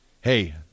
Hey